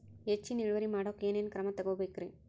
ಹೆಚ್ಚಿನ್ ಇಳುವರಿ ಮಾಡೋಕ್ ಏನ್ ಏನ್ ಕ್ರಮ ತೇಗೋಬೇಕ್ರಿ?